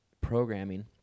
programming